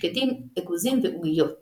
כדי להכינו לביאת המשיח,